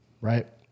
right